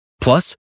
Plus